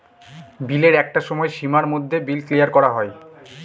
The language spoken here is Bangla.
বিলের একটা সময় সীমার মধ্যে বিল ক্লিয়ার করা হয়